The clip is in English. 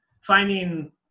finding